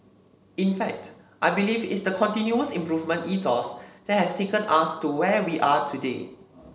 in fact I believe it's the continuous improvement ethos that has taken us to where we are today